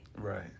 Right